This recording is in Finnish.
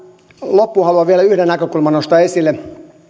haluan vielä yhden näkökulman nostaa esille